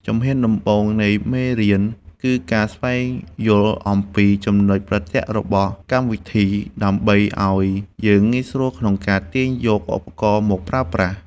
ជំហានដំបូងនៃមេរៀនគឺការស្វែងយល់អំពីចំណុចប្រទាក់របស់កម្មវិធី ដើម្បីឱ្យយើងងាយស្រួលក្នុងការទាញយកឧបករណ៍មកប្រើប្រាស់។